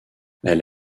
elle